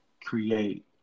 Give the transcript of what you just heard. create